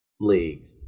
league's